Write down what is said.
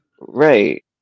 right